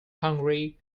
hungary